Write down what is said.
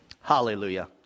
Hallelujah